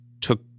took